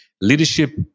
leadership